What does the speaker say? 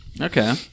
Okay